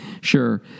Sure